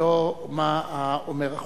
ולא מה אומר החוק,